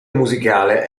musicale